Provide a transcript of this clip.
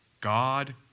God